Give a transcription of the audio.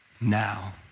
Now